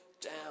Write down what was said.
down